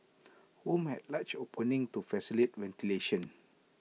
rooms had large openings to facilitate ventilation